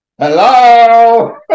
Hello